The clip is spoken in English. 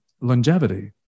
Longevity